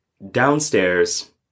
downstairs